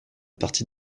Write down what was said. partie